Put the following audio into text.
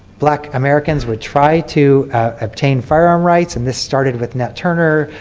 black americans would try to obtain firearm rights and this started with nat turner.